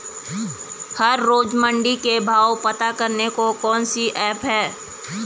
हर रोज़ मंडी के भाव पता करने को कौन सी ऐप है?